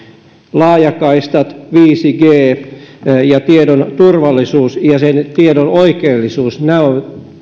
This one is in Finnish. laajakaistat viisi g ja tiedon turvallisuus ja tiedon oikeellisuus nämä ovat